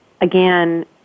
again